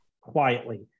quietly